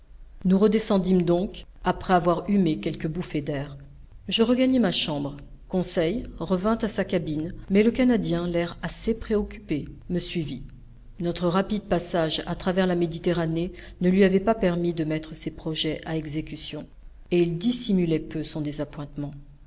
nous redescendîmes donc après avoir humé quelques bouffées d'air je regagnai ma chambre conseil revint à sa cabine mais le canadien l'air assez préoccupé me suivit notre rapide passage à travers la méditerranée ne lui avait pas permis de mettre ses projets à exécution et il dissimulait peu son